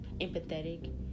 empathetic